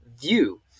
view